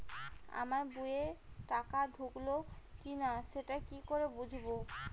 আমার বইয়ে টাকা ঢুকলো কি না সেটা কি করে বুঝবো?